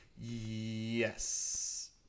Yes